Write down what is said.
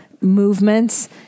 movements